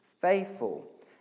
faithful